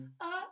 Up